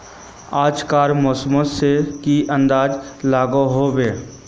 आज कार मौसम से की अंदाज लागोहो होबे?